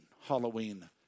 Halloween